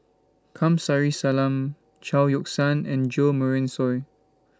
Kamsari Salam Chao Yoke San and Jo Marion Seow